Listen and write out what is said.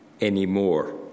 anymore